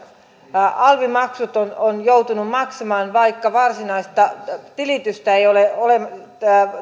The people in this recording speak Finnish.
alvimaksut on on joutunut maksamaan vaikka varsinaista tilitystä ei ole